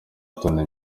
toni